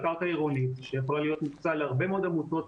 על קרקע עירונית שיכולה להיות מוקצה להרבה מאוד עמותות,